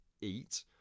eat